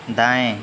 दाएं